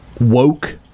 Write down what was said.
woke